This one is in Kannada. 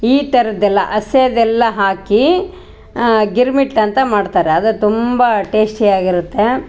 ಈ ಥರದ್ದೆಲ್ಲ ಹಸಿದೆಲ್ಲ ಹಾಕಿ ಗಿರ್ಮಿಟ್ಟು ಅಂತ ಮಾಡ್ತಾರೆ ಅದು ತುಂಬ ಟೇಸ್ಟಿ ಆಗಿರತ್ತೆ